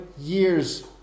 years